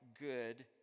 good